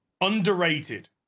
Underrated